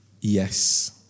yes